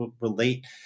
relate